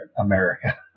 America